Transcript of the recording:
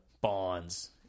Bonds